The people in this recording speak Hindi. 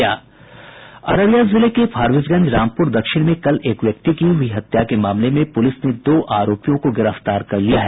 अररिया जिले के फारबिसगंज रामपुर दक्षिण में कल एक व्यक्ति की हुई हत्या के मामले में पुलिस ने दो आरोपियों को गिरफ्तार कर लिया है